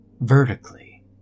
vertically